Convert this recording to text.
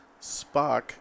Spock